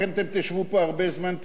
לכן אתם תשבו פה הרבה זמן,